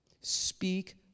speak